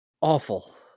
Awful